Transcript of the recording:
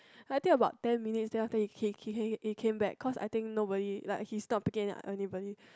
I think about ten minutes then after he came he came back because I think nobody like he is not picking anybody